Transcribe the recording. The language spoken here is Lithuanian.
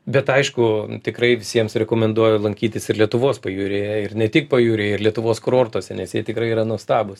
bet aišku tikrai visiems rekomenduoju lankytis ir lietuvos pajūryje ir ne tik pajūryje ir lietuvos kurortuose nes jie tikrai yra nuostabūs